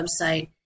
website